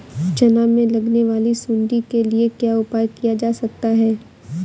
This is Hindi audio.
चना में लगने वाली सुंडी के लिए क्या उपाय किया जा सकता है?